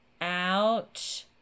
out